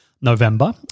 November